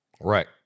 Right